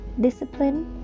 discipline